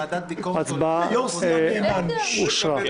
ההצבעה אושרה.